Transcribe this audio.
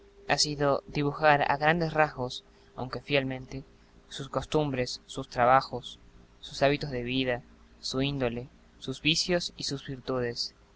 ha sido dibujar a grandes rasgos aunque fielmente sus costumbres sus trabajos sus hábitos de vida su índole sus vicios y sus virtudes